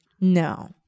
No